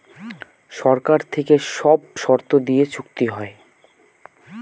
সরকার থেকে সব শর্ত দিয়ে চুক্তি হয়